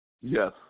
Yes